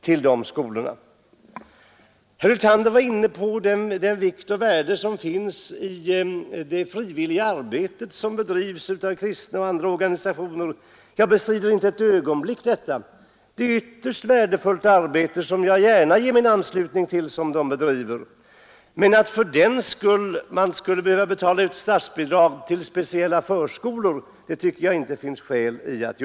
Herr Hyltander betonade den vikt och det värde som ligger i det frivilliga arbete som bedrivs av kristna och andra organisationer. Det bestrider jag inte ett ögonblick utan anser att de bedriver ett ytterst värdefullt arbete. Men att fördenskull betala ut statsbidrag till speciella förskolor tycker jag inte det finns skäl till.